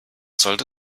sollte